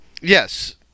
Yes